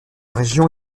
région